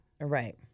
Right